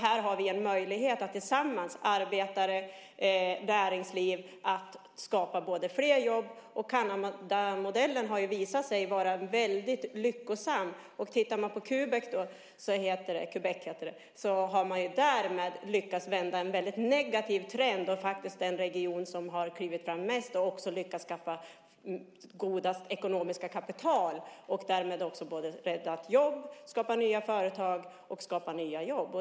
Här har vi en möjlighet att tillsammans, arbetare och näringsliv, skapa flera jobb. Kanadamodellen har visat sig vara väldigt lyckosam. I Quebec har man lyckats vända en väldigt negativ trend. Det är den region som har klivit fram mest och också lyckats skaffa bäst ekonomiskt kapital och därmed räddat jobb, skapat nya företag och nya jobb.